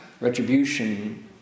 retribution